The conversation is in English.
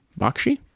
Bakshi